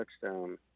touchdown